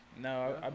no